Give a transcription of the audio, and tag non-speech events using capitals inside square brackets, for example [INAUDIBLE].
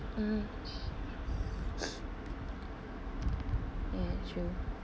mm [BREATH] ya true